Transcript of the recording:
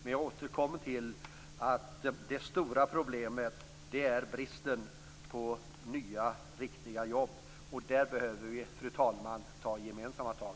Jag återkommer dock till att det stora problemet är bristen på nya, riktiga jobb. Där behöver vi, fru talman, ta gemensamma tag.